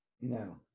no